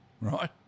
right